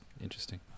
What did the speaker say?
interesting